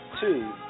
two